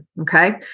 Okay